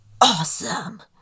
awesome